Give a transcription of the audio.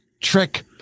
trick